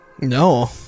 No